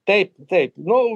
taip taip nu